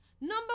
Number